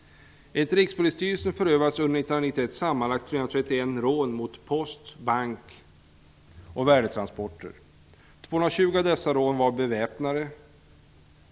Enligt Rikspolisstyrelsen förövades under 1991 sammanlagt 331 rån mot post, bank och värdetransporter. 220 av dessa rån var väpnade.